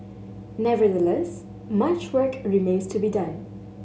nevertheless much work remains to be done